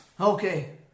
Okay